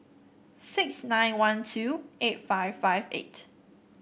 six nine one two eight five five eight